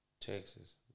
Texas